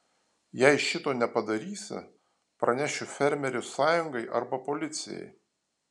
jei šito nepadarysi pranešiu fermerių sąjungai arba policijai